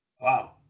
wow